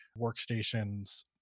workstations